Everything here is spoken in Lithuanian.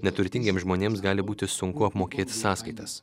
neturtingiems žmonėms gali būti sunku apmokėt sąskaitas